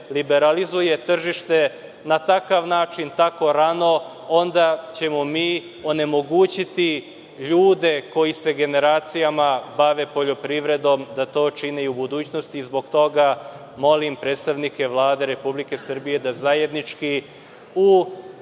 liberalizuje tržište na takav način tako rano onda ćemo mi onemogućiti ljude koji se generacijama bave poljoprivredom da to čine i u budućnosti. Zbog toga molim predstavnike Vlade Republike Srbije da zajednički u